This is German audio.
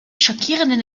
schockierenden